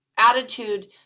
Attitude